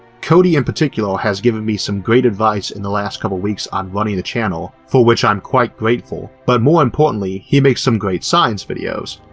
cody in particular has given me some great advice in the last couple weeks on running the channel for which i'm quite grateful, but more importantly he makes some great science videos,